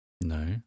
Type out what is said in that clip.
No